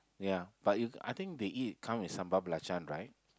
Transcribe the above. ya but you I think they eat come with sambal balacan right